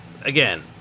Again